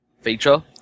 feature